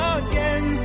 again